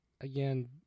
Again